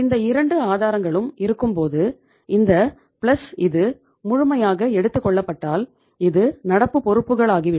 இந்த 2 ஆதாரங்களும் இருக்கும் பொது இந்த பிளஸ் இது முழுமையாக எடுத்துக் கொள்ளப்பட்டால் இது நடப்பு பொறுப்புகளாகிவிடும்